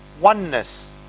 oneness